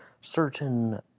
certain